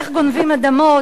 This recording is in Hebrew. איך גונבים אדמות,